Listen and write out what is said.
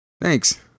Thanks